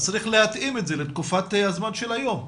אז צריך להתאים את זה לתקופת הזמן של היום,